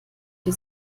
die